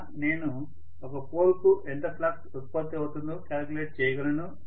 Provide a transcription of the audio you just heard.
కావున నేను ఒక పోల్ కు ఎంత ఫ్లక్స్ ఉత్పత్తి అవుతుందో క్యాలిక్యులేట్ చేయగలను